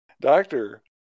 Doctor